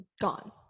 Gone